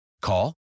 Call